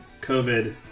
COVID